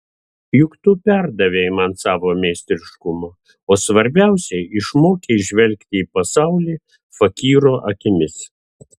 juk tu perdavei man savo meistriškumą o svarbiausia išmokei žvelgti į pasaulį fakyro akimis